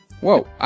Whoa